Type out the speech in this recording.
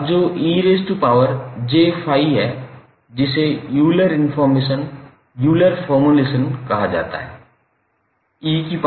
अब जो 𝑒𝑗∅ है जिसे यूलर फॉर्मुलेशन कहा जाता है 𝑒𝑗∅cos∅𝑗sin∅